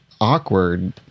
awkward